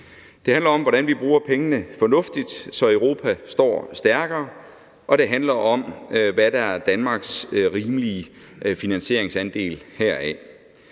Det handler om, hvordan vi bruger pengene fornuftigt, så Europa står stærkere, og det handler om, hvad der er Danmarks rimelige finansieringsandel heraf,